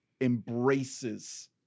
embraces